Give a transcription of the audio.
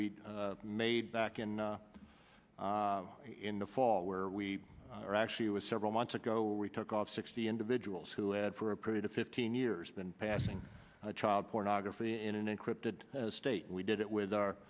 we made back in in the fall where we are actually was several months ago we took off sixty individuals who had for a period of fifteen years been passing a child pornography in an encrypted state we did it with our